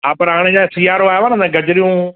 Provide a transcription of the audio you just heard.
हां पर हाणे लाइ सियारो आयो आहे न त गजरियूं